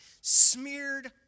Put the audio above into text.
smeared